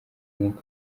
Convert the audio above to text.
nk’uko